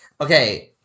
Okay